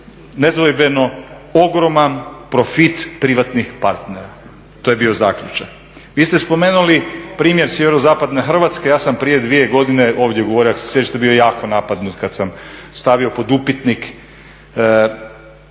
nedvojbeno ogroman profit privatnih partnera. To je bio zaključak. Vi ste spomenuli primjer SZ Hrvatske, ja sam prije dvije godine ovdje govorio, ako se sjećate bio jako napadnut kad sam stavio pod upitnik.